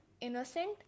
innocent